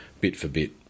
bit-for-bit